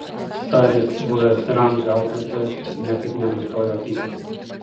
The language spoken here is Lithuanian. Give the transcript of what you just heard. saris buvęs ramzio auklėtojas niekaip nenustojo pykęs